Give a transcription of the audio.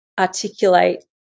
articulate